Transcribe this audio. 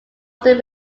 often